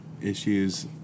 issues